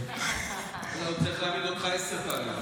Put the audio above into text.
ואללה, הוא צריך להעמיד אותך עשר פעמים.